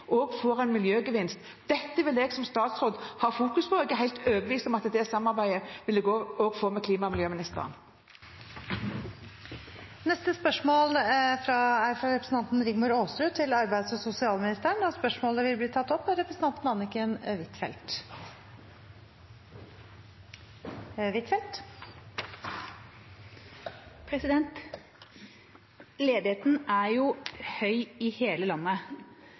en miljøgevinst. Dette vil jeg som statsråd fokusere på, og jeg er helt overbevist om at det samarbeidet vil jeg også få med klima- og miljøministeren. Dette spørsmålet, fra representanten Rigmor Aasrud til arbeids- og sosialministeren, vil bli tatt opp av representanten Anniken Huitfeldt. «Ledigheten er høy i hele landet,